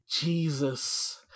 Jesus